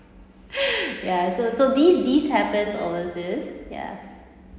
ya so so these these happens overseas ya